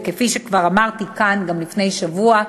וכפי שכבר אמרתי כאן גם לפני שבוע,